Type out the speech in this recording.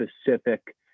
specific